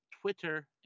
Twitter